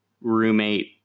roommate